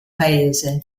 paese